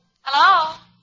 Hello